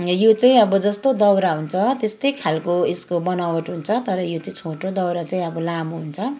यो चाहिँ अब जस्तो दौरा हुन्छ त्यस्तै खालको यसको बनावट हुन्छ र यो चाहिँ छोटो दौरा चाहिँ अब लामो हुन्छ